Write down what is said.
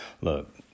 Look